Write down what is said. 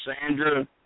Sandra